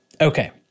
Okay